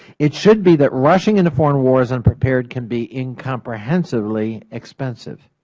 it should be that rushing into foreign wars unprepared can be incomprehensively expensive.